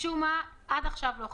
משום מה עד עכשיו לא חתמו.